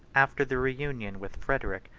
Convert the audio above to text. after the reunion with frederic,